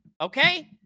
okay